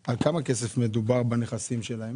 על כמה כסף מדובר בנכסים שלהם?